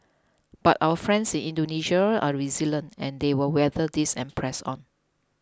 but our friends in Indonesia are resilient and they will weather this and press on